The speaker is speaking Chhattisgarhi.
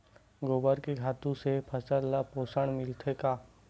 गोबर के खातु से फसल ल पोषण मिलथे का?